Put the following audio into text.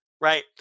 right